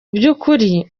by’ukuri